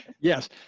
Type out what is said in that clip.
Yes